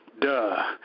Duh